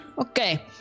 Okay